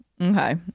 Okay